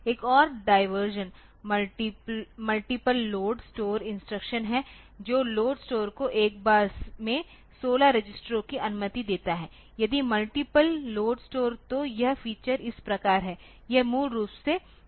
एक और diversion multiple load store instruction है जो लोड स्टोर को एक बार में 16 रजिस्टरों की अनुमति देता है यदि मल्टीपल लोड स्टोर तो यह फीचर इस प्रकार है यह मूल रूप से CISC फीचर है